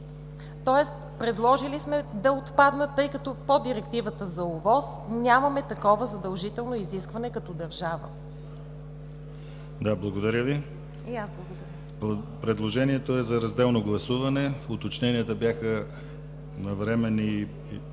Тоест, предложили сме да отпаднат, тъй като в поддирективата за ОВОС нямаме такова задължително изискване като държава. ПРЕДСЕДАТЕЛ ДИМИТЪР ГЛАВЧЕВ: Благодаря Ви. Предложението е за разделно гласуване. Уточненията бяха навременни и